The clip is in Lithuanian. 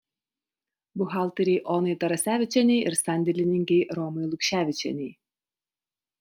buhalterei onai tarasevičienei ir sandėlininkei romai lukševičienei